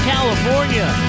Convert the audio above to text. California